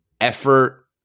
effort